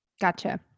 Gotcha